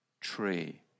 tree